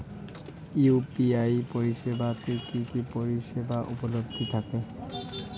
UPI পরিষেবা তে কি কি পরিষেবা উপলব্ধি থাকে?